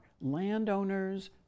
landowners